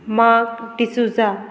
mark D'Souza